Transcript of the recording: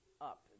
up